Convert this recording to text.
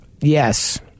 Yes